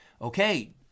okay